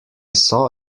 saw